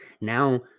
now